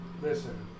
listen